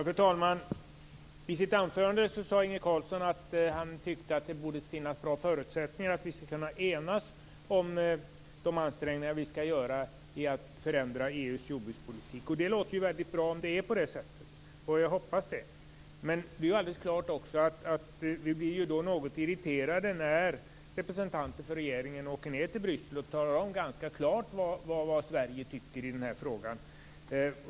Fru talman! I sitt anförande sade Inge Carlsson att han tyckte att det borde finnas bra förutsättningar för att vi skall kunna enas om de ansträngningar vi skall göra när det gäller att förändra EU:s jordbrukspolitik. Det låter väldigt bra om det är på det sättet. Jag hoppas det. Men vi blir något irriterade när representanter för regeringen åker ned till Bryssel och ganska klart talar om vad Sverige tycker i denna fråga.